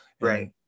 Right